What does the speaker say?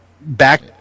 back